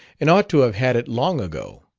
and ought to have had it long ago.